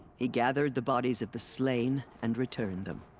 he gathered the bodies of the slain, and returned them.